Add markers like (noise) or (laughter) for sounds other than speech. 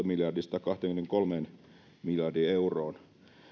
(unintelligible) miljardista kahteenkymmeneenkolmeen miljardiin euroon